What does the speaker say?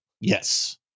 Yes